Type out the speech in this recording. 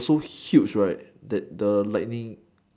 it was so huge right that the lightning